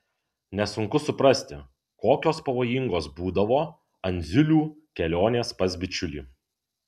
nesunku suprasti kokios pavojingos būdavo andziulių kelionės pas bičiulį